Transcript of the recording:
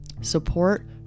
support